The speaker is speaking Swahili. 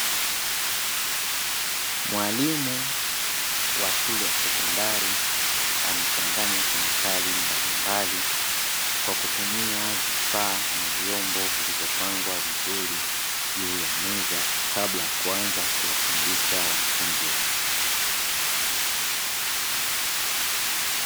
Mwalimu wa shule ya sekondari anachanganya kemikali mbalimbali kwa kutumia vifaa na vyombo vilivyopangwa vizuri juu ya meza kabla ya kuanza kuwafundisha wanafunzi wake.